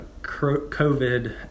COVID